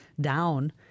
down